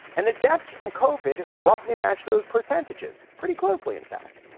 and the deaths from kofod roughly match those percentages pretty closely, in fact.